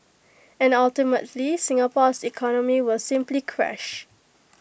and ultimately Singapore's economy will simply crash